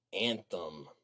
anthem